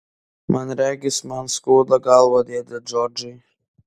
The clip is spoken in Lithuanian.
man regis man skauda galvą dėde džordžai